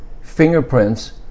fingerprints